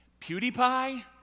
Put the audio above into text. PewDiePie